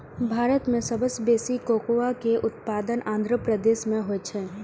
भारत मे सबसं बेसी कोकोआ के उत्पादन आंध्र प्रदेश मे होइ छै